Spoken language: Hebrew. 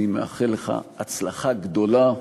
אני מאחל לך הצלחה גדולה.